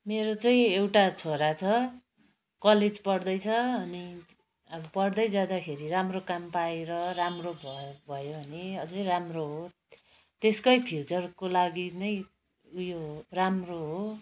मेरो चाहिँ एउटा छोरा छ कलेज पढ्दैछ अनि अब पढ्दै जाँदाखेरि राम्रो काम पाएर राम्रो भयो भयो भने अझै राम्रो हो त्यसकै फ्युचरको लागि नै उयो राम्रो हो